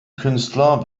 künstler